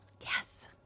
Yes